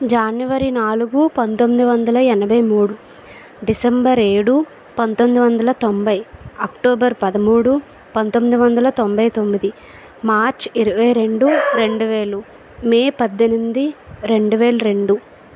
జనవరి నాలుగు పంతొమ్మిది వందల ఎనభై మూడు డిసెంబర్ ఏడు పంతొమ్మిది వందల తొంభై అక్టోబర్ పదమూడు పంతొమ్మిది వందల తొంభై తొమ్మిది మార్చ్ ఇరవై రెండు రెండు వేలు మే పద్దెనిమిది రెండు వేల రెండు